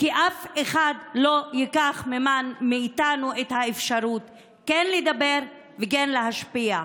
כי אף אחד לא ייקח מאיתנו את האפשרות כן לדבר וכן להשפיע.